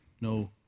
no